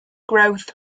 growth